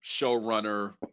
showrunner